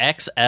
XL